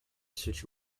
switch